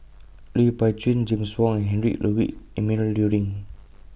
Lui Pao Chuen James Wong and Heinrich Ludwig Emil Luering